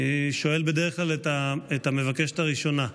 אני שואל את המבקשת הראשונה.